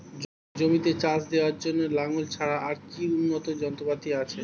জমিতে চাষ দেওয়ার জন্য লাঙ্গল ছাড়া আর কি উন্নত যন্ত্রপাতি আছে?